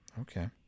Okay